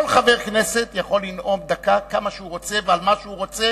כל חבר כנסת יכול לנאום דקה כמה שהוא רוצה ועל מה שהוא רוצה,